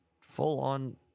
full-on